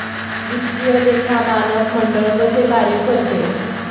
वित्तीय लेखा मानक मंडळ कसे कार्य करते?